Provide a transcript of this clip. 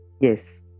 yes